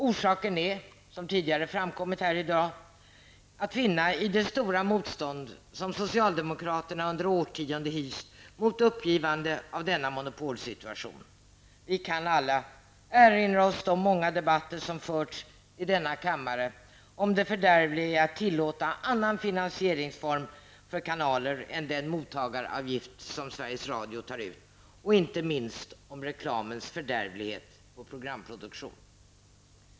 Orsaken är, som tidigare framkommit i dag, att finna i det stora motstånd som socialdemokraterna under årtionden hyst mot uppgivande av denna monopolsituation. Vi kan alla erinra oss de debatter som förts i denna kammare om det fördärvliga i att tillåta annan finansieringsform för kanaler än den mottagaravgift som Sveriges Radio tar ut och inte minst om reklamens fördärvlighet på programproduktion.